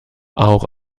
auch